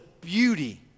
beauty